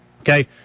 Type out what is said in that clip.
okay